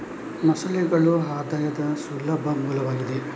ಮೊಸಳೆಗಳು ಆದಾಯದ ಸುಲಭ ಮೂಲವಾಗಿದೆ